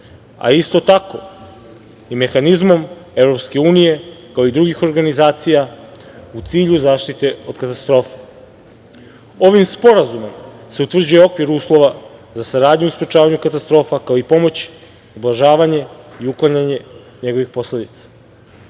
a isto tako i mehanizmom EU, kao i drugih organizacija, u cilju zaštite od katastrofe. Ovim sporazumom se utvrđuje okvir uslova za saradnju u sprečavanju katastrofa, kao i pomoć, ublažavanje i uklanjanje njegovih posledica.